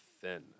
thin